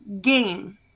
game